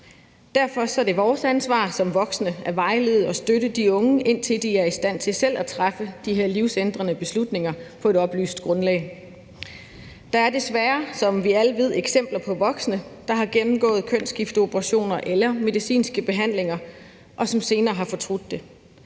Derfor er det vores ansvar som voksne at vejlede og støtte de unge, indtil de er i stand til selv at træffe de her livsændrende beslutninger på et oplyst grundlag. Der er desværre, som vi alle ved, eksempler på voksne, der har gennemgået kønsskifteoperationer eller medicinske behandlinger, og som senere har fortrudt det.